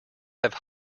have